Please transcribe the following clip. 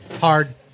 Hard